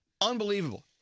Unbelievable